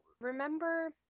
Remember